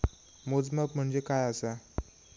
मोजमाप म्हणजे काय असा?